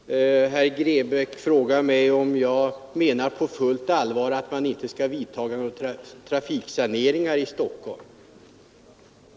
Herr talman! Herr Grebäck frågar mig om jag på fullt allvar menar att trafiksaneringar inte skall få företas i Stockholm.